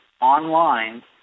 online